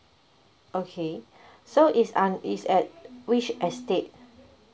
okay so is uh is at which estate